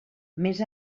més